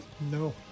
No